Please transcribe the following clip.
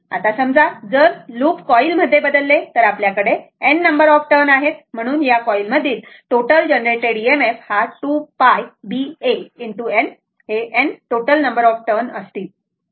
आता समजा जर लूप कॉइल मध्ये बदलले तर आपल्याकडे n नंबर ऑफ टर्न आहेत म्हणून या कॉईल मधील टोटल जनरेटेड EMF हा 2 π B A ✕ N हे N हे टोटल नंबर ऑफ टर्न असतील